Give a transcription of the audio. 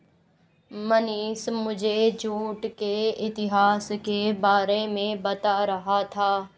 मनीष मुझे जूट के इतिहास के बारे में बता रहा था